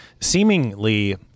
Seemingly